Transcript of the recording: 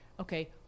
Okay